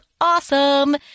awesome